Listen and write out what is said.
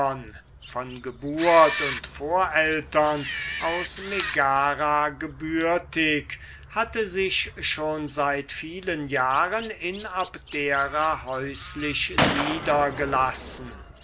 von geburt und vorältern aus megara gebürtig hatte sich schon seit vielen jahren in abdera häuslich niedergelassen